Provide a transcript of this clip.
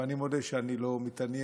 ואני מודה שאני לא מתעניין,